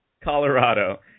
Colorado